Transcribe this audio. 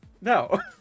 no